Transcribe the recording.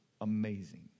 Amazing